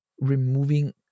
removing